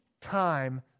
time